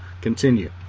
Continue